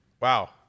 Wow